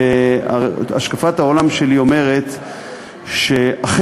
השקפת העולם שלי אומרת שאכן,